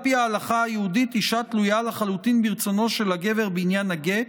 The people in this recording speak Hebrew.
על פי ההלכה היהודית אישה תלויה לחלוטין ברצונו של הבעל בעניין הגט,